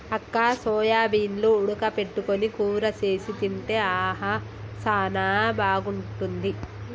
అక్క సోయాబీన్లు ఉడక పెట్టుకొని కూర సేసి తింటే ఆహా సానా బాగుంటుంది